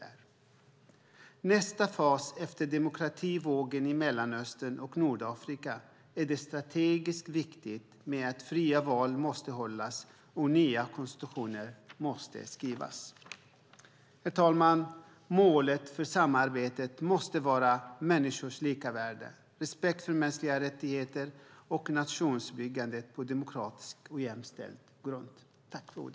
I nästa fas efter demokrativågen i Mellanöstern och Nordafrika är det strategiskt viktigt att fria val hålls och nya konstitutioner skrivs. Herr talman! Målet för samarbetet måste vara människors lika värde, respekt för mänskliga rättigheter och nationsbyggande på en demokratisk och jämställd grund.